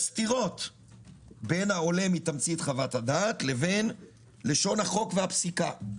יש סתירות בין העולה מתמצית חוות הדעת לבין לשון החוק והפסיקה.